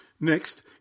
Next